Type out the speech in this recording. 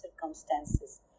circumstances